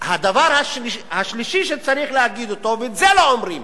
הדבר השלישי שצריך להגיד אותו, ואת זה לא אומרים,